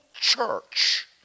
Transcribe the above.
church